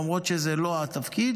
למרות שזה לא התפקיד,